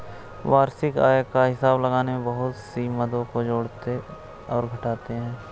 वार्षिक आय का हिसाब लगाने में बहुत सी मदों को जोड़ते और घटाते है